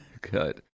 Good